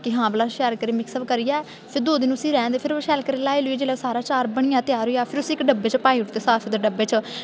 कि हां भला शैल करियै मिक्स अप करियै फिर दूए दिन उस्सी रौह्न देना फिर शैल करियै लाई लूइयै सारा चा'र बनिया त्यार होइया फिर उस्सी इक डब्बे च पाई औड़दे प्लासटिक दे डब्बे च